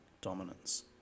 dominance